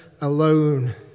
alone